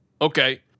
Okay